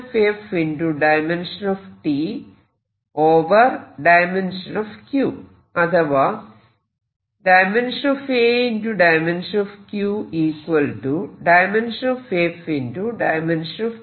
അപ്പോൾ A F T q അഥവാ A q F T